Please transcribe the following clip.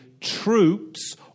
troops